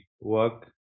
work